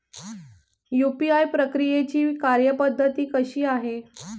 UPI प्रक्रियेची कार्यपद्धती कशी आहे?